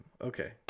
Okay